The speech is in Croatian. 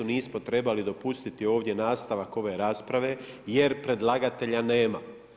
Nismo trebali dopustiti ovdje nastavak ove rasprave jer predlagatelja nema.